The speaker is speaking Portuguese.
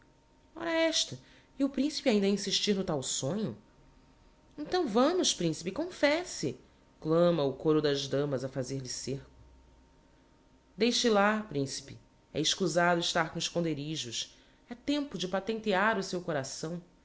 esta e o principe ainda a insistir no tal sonho então vamos principe confesse clama o côro das damas a fazer-lhe cerco deixe lá principe é escusado estar com esconderijos é tempo de patentear o seu coração